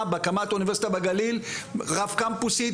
להקמת אוניברסיטה בגליל רב קמפוסית,